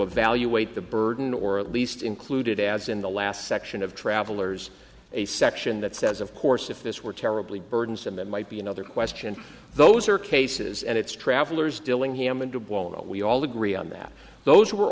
evaluate the burden or at least included as in the last section of travelers a section that says of course if this were terribly burdensome that might be another question those are cases and it's travelers dillingham and de bono we all agree on that those were